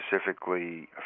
specifically